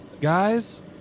Guys